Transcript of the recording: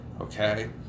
okay